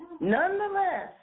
Nonetheless